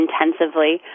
intensively